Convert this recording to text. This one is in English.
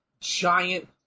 giant